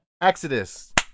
Exodus